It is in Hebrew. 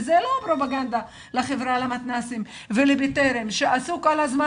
וזו לא פרופגנדה לחברה למתנ"סים ול"בטרם" שעשו כל הזמן